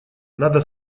надо